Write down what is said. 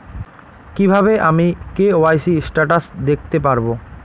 কিভাবে আমি KYC status দেখতে পারবো?